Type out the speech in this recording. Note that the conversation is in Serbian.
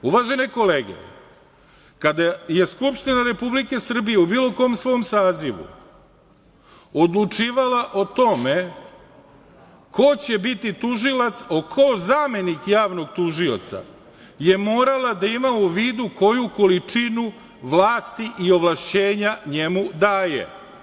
Uvažene kolege, kada je Skupština Republike Srbije u bilo kom svom sazivu odlučivala o tome ko će biti tužilac, a ko zamenik javnog tužioca je morala da ima u vidu koju količinu vlasti i ovlašćenja njemu daje.